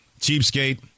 cheapskate